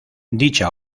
dicha